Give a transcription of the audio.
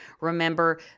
Remember